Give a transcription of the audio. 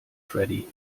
freddy